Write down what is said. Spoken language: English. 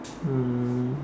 um